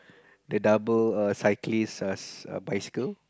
the double err cyclist err bicycle